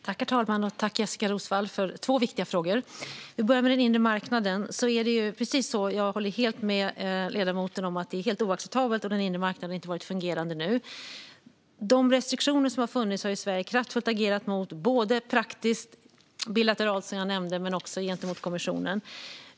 Herr talman! Tack för två viktiga frågor, Jessika Roswall! Om vi börjar med den inre marknaden håller jag helt med ledamoten om att det är fullständigt oacceptabelt att den inre marknaden inte har varit fungerande nu. De restriktioner som har funnits har Sverige kraftfullt agerat mot - både praktiskt bilateralt, som jag nämnde, men också gentemot kommissionen.